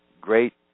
great